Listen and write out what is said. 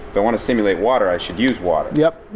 but want to stimulate water i should use water. yup